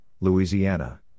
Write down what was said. Louisiana